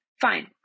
Fine